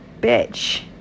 bitch